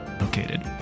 located